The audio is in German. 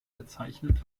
bezeichnet